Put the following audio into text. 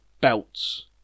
belts